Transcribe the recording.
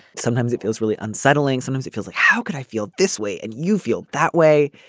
sometimes it feels really unsettling sometimes it feels like how could i feel this way and you feel that way.